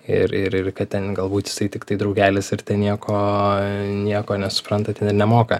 ir ir ir kad ten galbūt jisai tiktai draugelis ir ten nieko nieko nesupranta ten ir nemoka